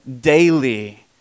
daily